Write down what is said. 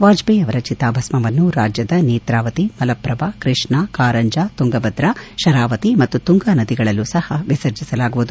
ವಾಜಪೇಯಿ ಅವರ ಚಿತಾಭಸ್ಥವನ್ನು ರಾಜ್ಯದ ನೇತ್ರಾವತಿ ಮಲಪ್ರಭಾ ಕೃಷ್ಣಾ ಕಾರಂಜ ತುಂಗಾಭದ್ರಾ ಕರಾವತಿ ಮತ್ತು ತುಂಗಾನದಿಗಳಲ್ಲೂ ಸಪ ವಿಸರ್ಜಿಸಲಾಗುವುದು